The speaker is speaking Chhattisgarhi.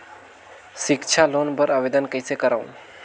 सिक्छा लोन बर आवेदन कइसे करव?